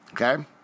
Okay